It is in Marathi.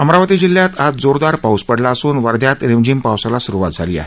अमरावती जिल्ह्यात आज जोरदार पाऊस पडला असून वध्यात रिमझिम पावसाला स्रुवात झाली आहे